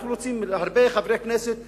הרבה חברי כנסת שומעים,